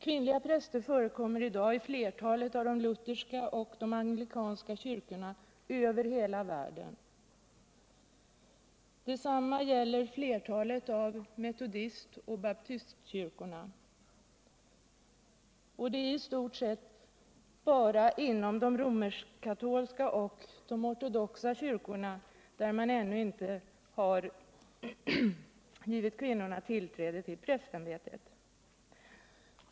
Kvinnliga präster förekommer i dag i flertalet av de lutherska och anglikanska kyrkorna världen över. Detsamma gäller flertalet av metodist och baptistkyrkorna. Det är i stort sett endast inom de romersk-katolska och de ortodoxa kyrkorna man ännu inte givit kvinnor tillfälle att inneha prästämbetet.